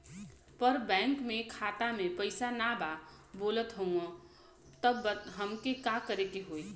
पर बैंक मे खाता मे पयीसा ना बा बोलत हउँव तब हमके का करे के होहीं?